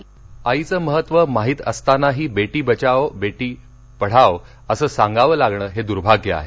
आयष्मान आईचं महत्व माहित असतानाही बेटी बचाओ बेढी पढाओ असं सांगावं लागणं हे दुर्भाग्य आहे